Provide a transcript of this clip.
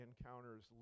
encounters